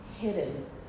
hidden